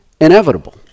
inevitable